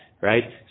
Right